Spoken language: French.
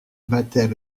battaient